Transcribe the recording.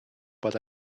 but